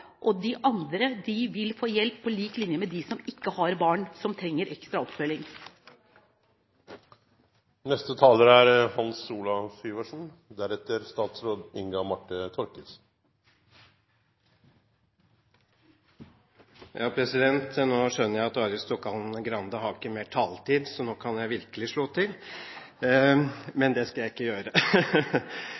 og de andre vil få hjelp på lik linje med dem som ikke har barn, og som trenger ekstra oppfølging. Nå skjønner jeg at Arild Stokkan-Grande ikke har mer taletid, så nå kan jeg virkelig slå til – men det skal jeg ikke gjøre.